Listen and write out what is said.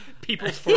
people's